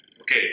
okay